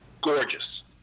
gorgeous